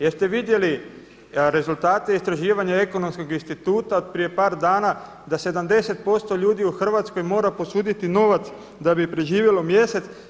Jeste vidjeli rezultate istraživanja Ekonomskog instituta od prije par dana da 70% ljudi u Hrvatskoj mora posuditi novac da bi preživjelo mjesec.